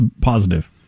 positive